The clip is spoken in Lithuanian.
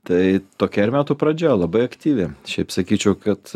tai tokia ir metų pradžia labai aktyvi šiaip sakyčiau kad